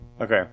Okay